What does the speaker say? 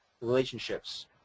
relationships